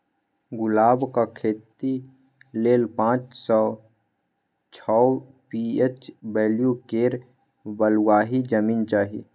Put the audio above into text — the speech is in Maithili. गुलाबक खेती लेल पाँच सँ छओ पी.एच बैल्यु केर बलुआही जमीन चाही